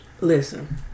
Listen